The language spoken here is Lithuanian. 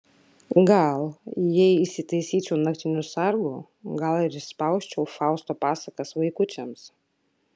gal jei įsitaisyčiau naktiniu sargu gal ir išspausčiau fausto pasakas vaikučiams